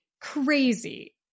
Crazy